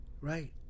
Right